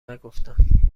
نگفتم